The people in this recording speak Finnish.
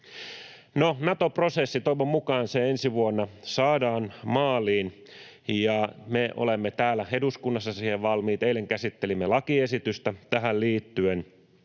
Nato-prosessi, toivon mukaan se ensi vuonna saadaan maaliin. Me olemme täällä eduskunnassa siihen valmiit, eilen käsittelimme lakiesitystä tähän liittyen.